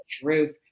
truth